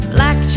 Black